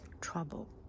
trouble